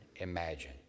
imagine